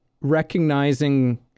recognizing